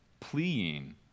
pleading